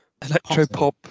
electropop